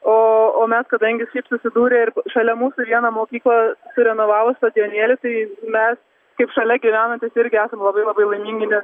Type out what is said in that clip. o o mes kadangi šiaip susidūrę ir šalia mūsų vieną mokyklą surenovavo stadijonėlį tai mes kaip šalia gyvenantys irgi esam labai labai laimingi nes